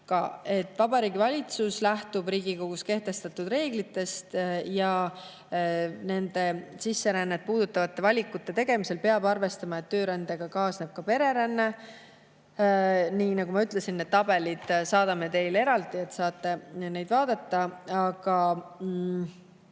Vabariigi Valitsus lähtub Riigikogus kehtestatud reeglitest ja sisserännet puudutavate valikute tegemisel peab arvestama, et töörändega kaasneb pereränne. Nii nagu ma ütlesin, need tabelid saadame teile eraldi, saate neid vaadata.